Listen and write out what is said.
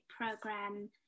program